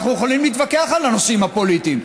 אנחנו יכולים להתווכח על הנושאים הפוליטיים,